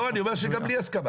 לא, אני אומר שגם בלי הסכמה.